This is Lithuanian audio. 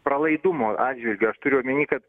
pralaidumo atžvilgiu aš turiu omeny kad